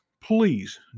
please